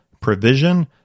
provision